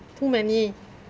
too many